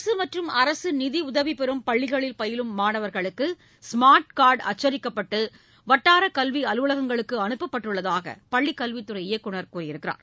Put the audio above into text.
அரசு மற்றும் அரசு நிதியுதவி பெறும் பள்ளிகளில் பயிலும் மாணவர்களுக்கு ஸ்மா்ட் கார்டு அச்சடிக்கப்பட்டு வட்டார கல்வி அலுவலகங்களுக்கு அலுப்பப்பட்டுள்ளதாக பள்ளிக் கல்வித்துறை இயக்குநர் கூறியுள்ளார்